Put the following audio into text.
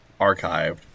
archived